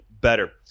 better